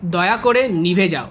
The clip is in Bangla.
দয়া করে নিভে যাও